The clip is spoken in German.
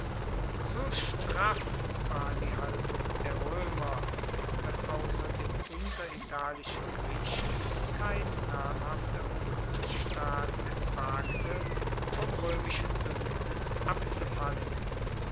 so straff war die haltung der roemer dass ausser den unteritalischen griechen kein namhafter bundesstaat es wagte vom roemischen buendnis abzufallen